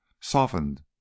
softened